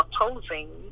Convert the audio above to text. opposing